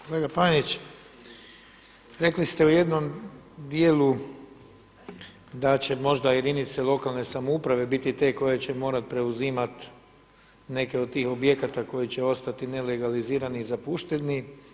Kolega Panenić rekli ste u jednom dijelu da ćemo možda jedinice lokalne samouprave biti te koje će morati preuzimati neke od tih objekata koji će ostati nelegalizirani i zapušteni.